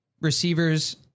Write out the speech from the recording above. receivers